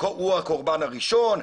הוא הקורבן הראשון.